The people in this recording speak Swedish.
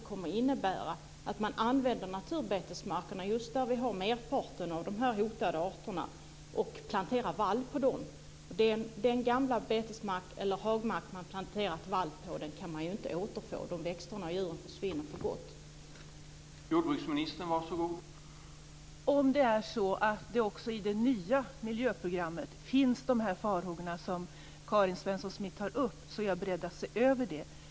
Herr talman! Om de här farhågorna som Karin Svensson Smith tar upp också finns när det gäller det nya miljöprogrammet, är jag beredd att se över det.